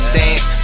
dance